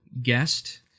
guest